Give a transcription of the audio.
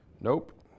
Nope